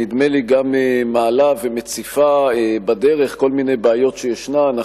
נדמה לי גם מעלה ומציפה בדרך כל מיני בעיות שישנן,